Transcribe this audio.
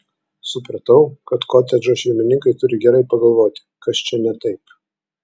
supratau kad kotedžo šeimininkai turi gerai pagalvoti kas čia ne taip